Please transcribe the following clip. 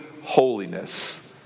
holiness